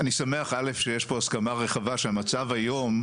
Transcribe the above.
אני שמח א' שיש כאן הסכמה רחבה שהמצב היום,